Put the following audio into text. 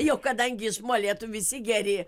jau kadangi iš molėtų visi geri